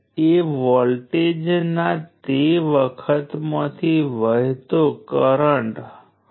1 joule એટલે 1 watt × 1 second છે